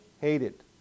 hated